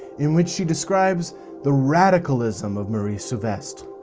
in which she describes the radicalism of marie souvestre.